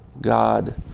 God